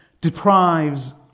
deprives